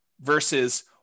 versus